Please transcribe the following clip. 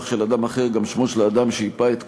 של אדם אחר גם שמו של האדם שייפה את כוחו.